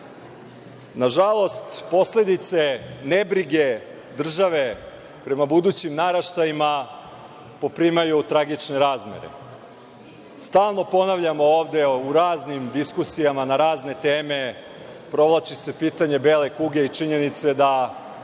žalost, posledice nebrige države prema budućim naraštajima poprimaju tragične razmere. Stalno ponavljamo ovde u raznim diskusijama, na razne teme, provlači se pitanje bele kuge i činjenica da